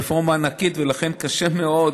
זאת רפורמה ענקית, ולכן קשה מאוד,